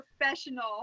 professional